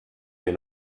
dir